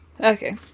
Okay